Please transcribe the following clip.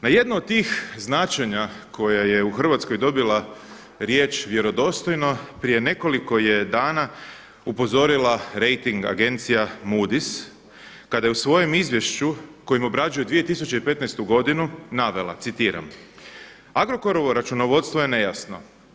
No jedno od tih značenja koja je u Hrvatskoj dobila riječ vjerodostojno, prije nekoliko je dana upozorila rejting Agencija Moody's kada je u svojem izvješću kojim obrađuje 2015. godinu navela, citiram: „Agrokorovo računovodstvo je nejasno.